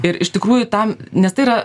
ir iš tikrųjų tam nes tai yra